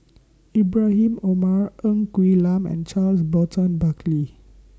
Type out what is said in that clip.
Ibrahim Omar Ng Quee Lam and Charles Burton Buckley